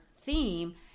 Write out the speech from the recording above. theme